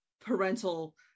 parental